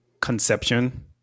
conception